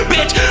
Bitch